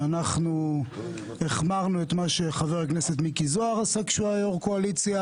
שאנחנו החמרנו את מה שחבר הכנסת מיקי זוהר עשה כשהוא היה יו"ר קואליציה,